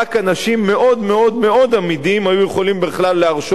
רק אנשים מאוד מאוד מאוד אמידים היו יכולים בכלל להרשות